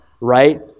right